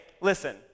listen